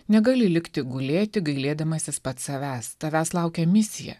negali likti gulėti gailėdamasis pats savęs tavęs laukia misija